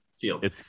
field